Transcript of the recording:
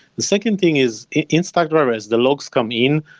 the second thing is in stackdriver, as the logs come in,